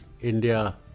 India